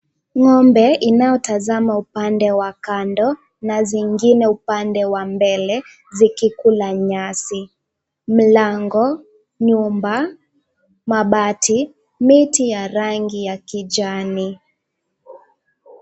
Ng'ombe inayotazama upande wa kando na nyingine upande wa mbele, zikikula nyasi. Mlango, nyumba, mabati, miti ya rangi ya kijani.